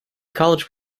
college